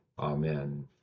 Amen